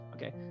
Okay